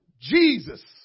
Jesus